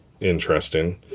interesting